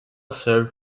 served